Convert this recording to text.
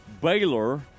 Baylor